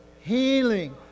healing